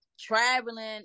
traveling